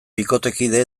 bikotekide